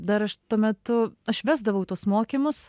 dar aš tuo metu aš vesdavau tuos mokymus